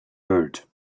heard